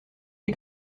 les